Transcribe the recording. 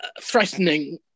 threatening